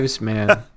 man